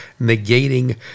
negating